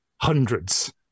Hundreds